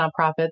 nonprofits